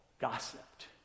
gossiped